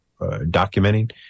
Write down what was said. documenting